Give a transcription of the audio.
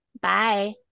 Bye